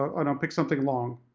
uhh and i'll pick something long,